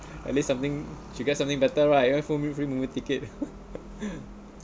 at least something should get something better right free mov~ free movie ticket